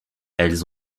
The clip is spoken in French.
elles